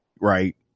right